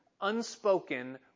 unspoken